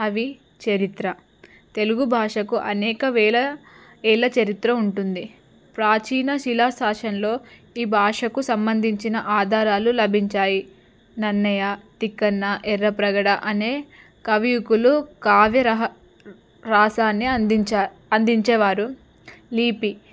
అవి చరిత్ర తెలుగు భాషకు అనేక వేల ఏళ్ళ చరిత్ర ఉంటుంది ప్రాచీన శిలా శాషలో ఈ భాషకు సంబంధించిన ఆధారాలు లభించాయి నన్నయ తటిక్కన్న ఎర్రప్రగడ అనే కవికులు కావ్య రహ రాసాన్ని అందించా అందించేవారు లీపి